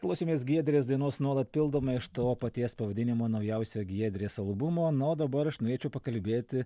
klausėmės giedrės dainos nuolat pildome iš to paties pavadinimo naujausio giedriaus albumo na o dabar aš norėčiau pakalbėti